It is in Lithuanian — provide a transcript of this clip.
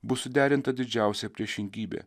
bus suderinta didžiausia priešingybė